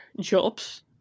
jobs